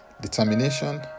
determination